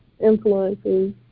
influences